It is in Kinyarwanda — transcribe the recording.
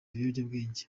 ibiyobyabwenge